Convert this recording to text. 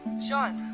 sean.